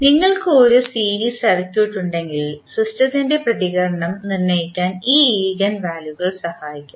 നിങ്ങൾക്ക് ഒരു series circuit ഉണ്ടെങ്കിൽ സിസ്റ്റത്തിൻറെ പ്രതികരണം നിർണ്ണയിക്കാൻ ഈ ഈഗൻ വാല്യുകൾ സഹായിക്കുന്നു